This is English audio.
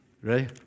Ready